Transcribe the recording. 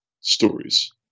stories